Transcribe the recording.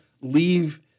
leave